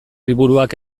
liburuak